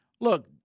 Look